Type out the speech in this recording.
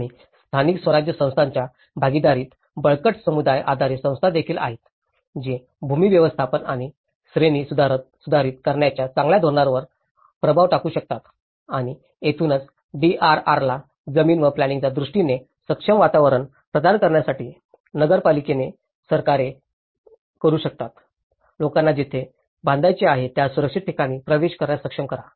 आणि स्थानिक स्वराज्य संस्थांच्या भागीदारीत बळकट समुदाय आधारित संस्था देखील आहेत जे भूमी व्यवस्थापन आणि श्रेणीसुधारित करण्याच्या चांगल्या धोरणांवर प्रभाव टाकू शकतात आणि येथूनच डीआरआरला जमीन व प्लॅनिंइंगाच्या दृष्टीने सक्षम वातावरण प्रदान करण्यासाठी नगरपालिका सरकारे करू शकतात लोकांना जिथे बांधायचे आहे त्या सुरक्षित ठिकाणी प्रवेश करण्यास सक्षम करा